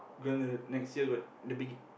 gonna next year got the begi~